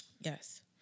Yes